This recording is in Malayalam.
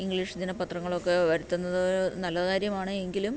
ഇംഗ്ലീഷ് ദിനപത്രങ്ങളുവൊക്കെ വരുത്തുന്നത് നല്ല കാര്യമാണ് എങ്കിലും